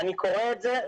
אני קורא את זה,